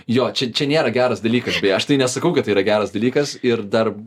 jo čia čia nėra geras dalykas aš tai nesakau kad tai yra geras dalykas ir dar